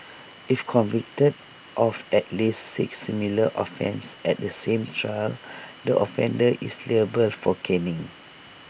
if convicted of at least six similar offences at the same trial the offender is liable for caning